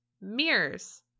Mirrors